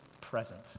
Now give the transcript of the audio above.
present